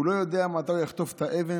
הוא לא יודע מתי הוא יחטוף את האבן,